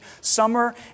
summer